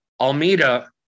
Almeida